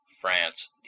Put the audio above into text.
France